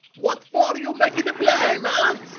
what for you make-a da blame, ah?